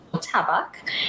Tabak